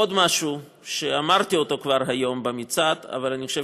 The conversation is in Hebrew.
עוד משהו שכבר אמרתי היום במצעד אבל אני חושב